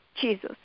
Jesus